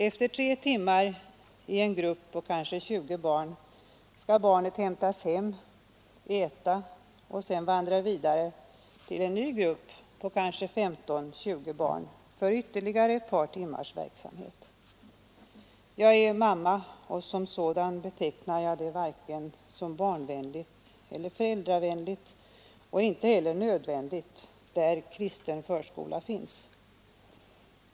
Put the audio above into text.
Efter tre timmar i en grupp på kanske 20 barn skall barnet hämtas hem, äta och sedan vandra vidare till en ny grupp på kanske 15—20 barn för ytterligare ett par timmars verksamhet. Jag är mamma och som sådan betecknar jag det varken som barnvänligt eller föräldravänligt och inte heller nödvändigt där kristen förskola finns.